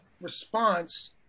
response